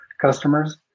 customers